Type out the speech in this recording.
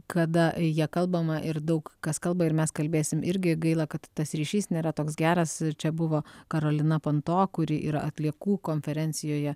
kada ja kalbama ir daug kas kalba ir mes kalbėsim irgi gaila kad tas ryšys nėra toks geras čia buvo karolina panto kuri yra atliekų konferencijoje